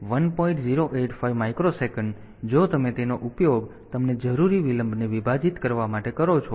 085 microsecond છે જો તમે તેનો ઉપયોગ તમને જરૂરી વિલંબને વિભાજીત કરવા માટે કરો છો